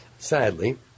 Sadly